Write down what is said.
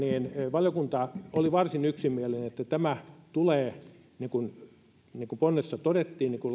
valiokunta oli varsin yksimielinen että lait tulee niin kuin ponnessa todettiin